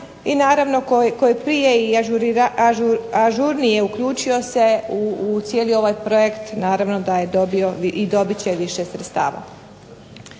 I naravno tko je prije i ažurnije uključio se u cijeli ovaj projekt, naravno da je dobio i dobit će više sredstava.